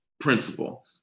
principle